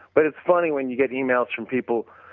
but it's funny when you get emails from people,